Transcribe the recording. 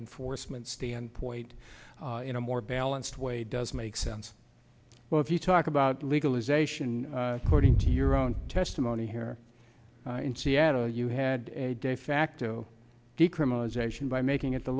enforcement standpoint in a more balanced way does make sense well if you talk about legalization according to your own testimony here in seattle you had a de facto decriminalization by making it the